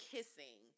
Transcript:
Kissing